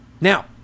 Now